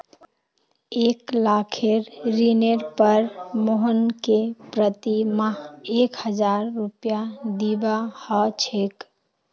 एक लाखेर ऋनेर पर मोहनके प्रति माह एक हजार रुपया दीबा ह छेक